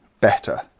better